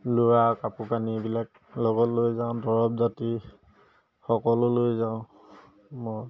ল'ৰাৰ কাপোৰ কানি এইবিলাক লগত লৈ যাওঁ দৰব পাতি সকলো লৈ যাওঁ মই